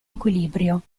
equilibrio